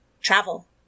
travel